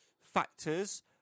factors